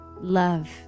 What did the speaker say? Love